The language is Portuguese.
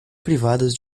privadas